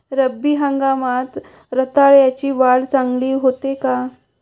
रब्बी हंगामात रताळ्याची वाढ चांगली होते का?